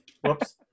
Whoops